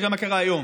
תראה מה קרה היום,